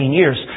years